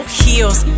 heels